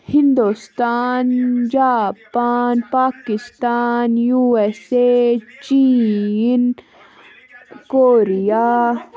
Hindustan Japan Pakistan U S A چیٖن Korea